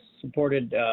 supported